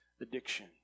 addiction